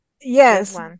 Yes